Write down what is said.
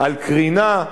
של קרינה,